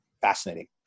fascinating